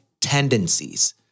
tendencies